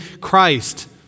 Christ